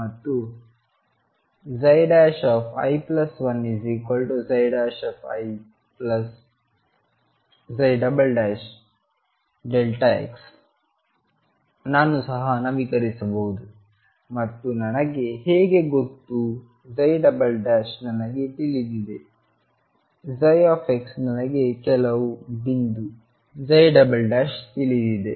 ಮತ್ತು i1 ixನಾನು ಸಹ ನವೀಕರಿಸಬಹುದು ಮತ್ತು ನನಗೆ ಹೇಗೆ ಗೊತ್ತು ನನಗೆ ತಿಳಿದಿದೆ xನನಗೆ ಕೆಲವು ಬಿಂದು ತಿಳಿದಿದೆ